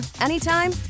anytime